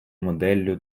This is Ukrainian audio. моделлю